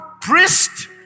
priest